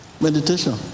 Meditation